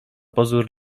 pozór